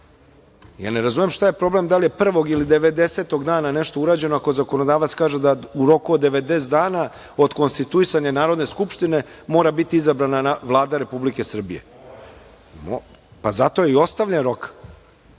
Ja ne razumem šta je problem da li je 1. ili 90. dana nešto urađeno ako zakonodavac kaže da u roku od 90 dana od konstituisanja Narodne skupštine mora biti izabrana Vlada Republike Srbije? Pa, zato je i ostavljen rok. Ne